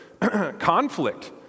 conflict